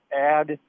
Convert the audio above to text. add